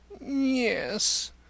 Yes